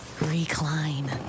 Recline